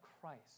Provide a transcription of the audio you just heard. Christ